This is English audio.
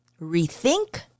rethink